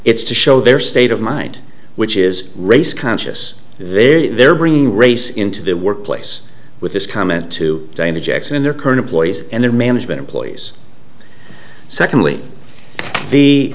it's to show their state of mind which is race conscious they're bringing race into their workplace with this comment to david jackson in their current employees and their management employees secondly the